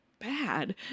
Bad